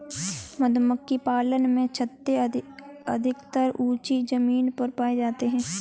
मधुमक्खी पालन में छत्ते अधिकतर ऊँची जमीन पर पाए जाते हैं